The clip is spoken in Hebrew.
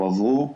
הן הועברו,